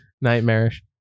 nightmarish